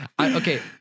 Okay